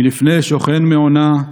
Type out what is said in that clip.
מלפני שוכן מעונה.